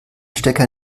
stecker